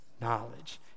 knowledge